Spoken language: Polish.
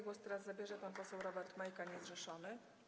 Głos teraz zabierze pan poseł Robert Majka, niezrzeszony.